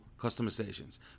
customizations